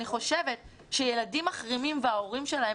אני חושבת שילדים מחרימים וההורים שלהם